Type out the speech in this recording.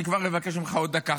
אני כבר אבקש ממך עוד דקה,